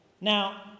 Now